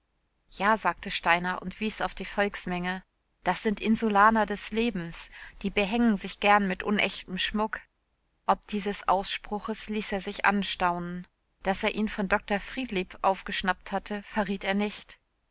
ja sagte steiner und wies auf die volksmenge das sind insulaner des lebens die behängen sich gern mit unechtem schmuck ob dieses ausspruches ließ er sich anstaunen daß er ihn von dr friedlieb aufgeschnappt hatte verriet er nicht